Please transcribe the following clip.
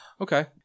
Okay